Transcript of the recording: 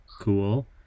Cool